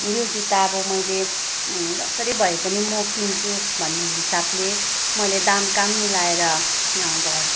यो जुत्ता अब मैले जसरी भए पनि म किन्छु भन्ने हिसाबले मैले दाम काम मिलाएर घर